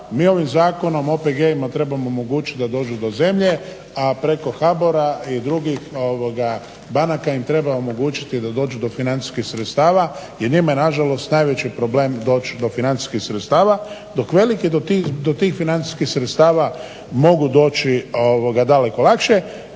mi ovim zakonom o OPG-ima trebamo omogućiti da dođu do zemlje, a preko HBOR-a i drugih banaka im treba omogućiti da dođu do financijskih sredstava jer njima je nažalost najveći problem doći do financijskih sredstava dok veliki do tih financijskih sredstava mogu doći daleko lakše.